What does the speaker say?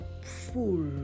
full